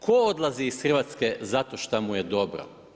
Ko odlazi iz Hrvatske zato šta mu je dobro?